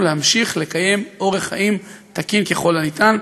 להמשיך לקיים אורח חיים תקין ככל האפשר.